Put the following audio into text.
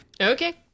Okay